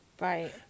Right